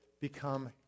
become